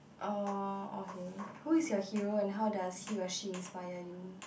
uh okay who is your hero and how does he or she inspire you